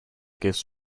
gives